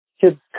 kids